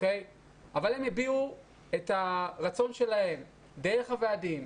אבל הם הביעו את הרצון שלהם דרך הוועדים,